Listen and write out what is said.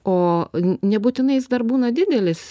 o nebūtinai jis dar būna didelis